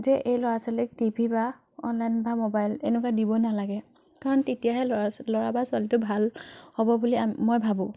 যে এই ল'ৰা ছোৱালীক টিভি বা অনলাইন বা ম'বাইল এনেকুৱা দিব নালাগে কাৰণ তেতিয়াহে ল'ৰা ল'ৰা বা ছোৱালীটো ভাল হ'ব বুলি আম মই ভাবোঁ